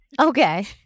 Okay